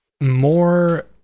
more